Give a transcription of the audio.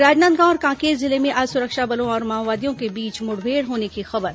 और राजनांदगांव और कांकेर जिले में आज सुरक्षा बलों और माओवादियों के बीच मुठभेड़ होने की खबर